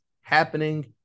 happening